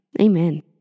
Amen